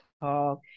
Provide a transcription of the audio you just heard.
talk